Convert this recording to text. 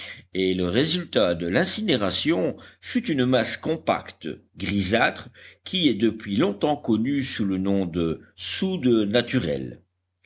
et le résultat de l'incinération fut une masse compacte grisâtre qui est depuis longtemps connue sous le nom de soude naturelle